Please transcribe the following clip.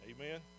Amen